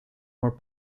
more